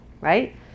right